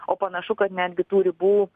o panašu kad netgi tų ribų